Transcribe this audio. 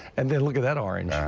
and then look at that orange.